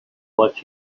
what